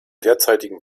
derzeitigen